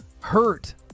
hurt